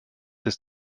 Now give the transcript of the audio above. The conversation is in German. des